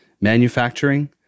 Manufacturing